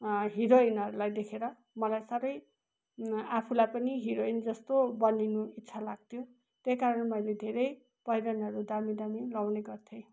हिरोइनहरूलाई देखेर मलाई साह्रै आफूलाई पनि हिरोइन जस्तो बन्निनु इच्छा लाग्थ्यो त्यही कारण मैले धेरै पहिरनहरू दामी दामी लगाउने गर्थेँ